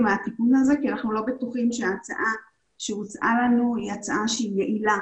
מהסיפור הזה כי אנחנו לא בטוחים שההצעה שהוצעה לנו היא הצעה יעילה,